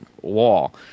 wall